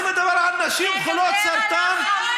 אני מדבר על נשים חולות סרטן, תדבר על החמאס.